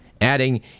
Adding